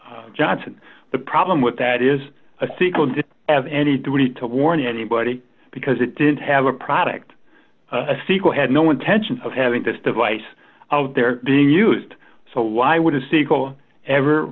johnson the problem with that is a sequel didn't have any duty to warn anybody because it didn't have a product a sequel had no intention of having this device of their being used so why would a sequel ever